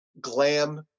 glam